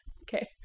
Okay